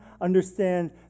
understand